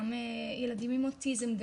גם ילדים עם אוטיזם,